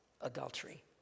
adultery